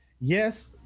Yes